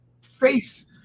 face